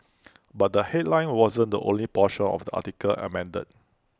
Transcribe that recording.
but the headline wasn't the only portion of the article amended